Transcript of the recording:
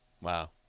Wow